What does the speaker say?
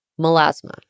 melasma